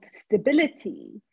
stability